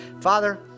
Father